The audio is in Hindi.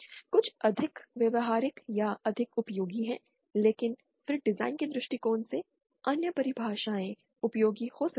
कुछ अधिक व्यावहारिक या अधिक उपयोगी हैं लेकिन फिर डिजाइन के दृष्टिकोण से अन्य परिभाषाएं उपयोगी हो सकती हैं